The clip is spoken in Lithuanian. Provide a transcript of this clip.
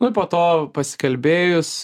nu po to pasikalbėjus